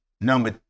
Number